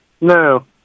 No